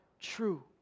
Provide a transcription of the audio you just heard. true